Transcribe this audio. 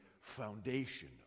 foundation